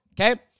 Okay